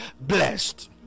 Blessed